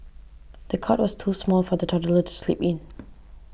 the cot was too small for the toddler to sleep in